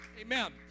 Amen